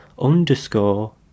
underscore